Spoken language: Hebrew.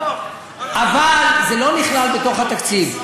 אבל זה לא נכלל בתוך התקציב.